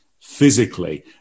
physically